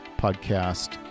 podcast